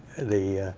the